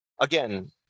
again